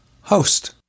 host